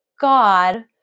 God